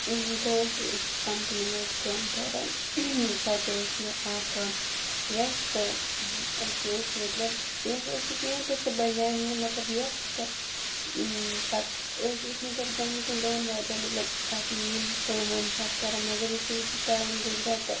بہٕ ٲسٕس أکِس کَمپنی مَنٛز کٲم کَران تَتہِ ٲسۍ مےٚ اَکھ وٮ۪س تہٕ أسۍ ٲسۍ مَطلَب وٮ۪س ٲسۍ نہٕ کِہیٖنۍ تہٕ سُہ بَنے مےٚ مَطلَب وٮ۪س تہٕ پَتہِ ٲسۍ أسۍ مَطلَب گۄڈنِکٮ۪ن دۄہَن مَطلَب واریاہ مَطلَب کَرَن یِم کٲم وٲم پَتہٕ کَران مَگَر یُتھے ٹایِم گزریو تہٕ